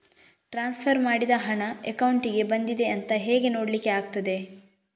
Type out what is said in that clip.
Transfer ಮಾಡಿದ ಹಣ ಅಕೌಂಟಿಗೆ ಬಂದಿದೆ ಅಂತ ಹೇಗೆ ನೋಡ್ಲಿಕ್ಕೆ ಆಗ್ತದೆ?